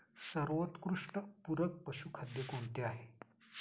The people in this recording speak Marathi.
सर्वोत्कृष्ट पूरक पशुखाद्य कोणते आहे?